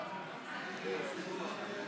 לסעיף